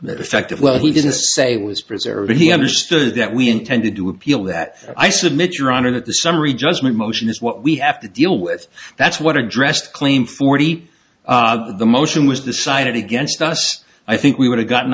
effective well he didn't say it was preserved he understood that we intended to appeal that i submit your honor that the summary judgment motion is what we have to deal with that's what addressed claim forty the motion was decided against us i think we would have gotten